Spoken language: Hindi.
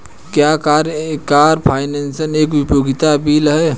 क्या कार फाइनेंस एक उपयोगिता बिल है?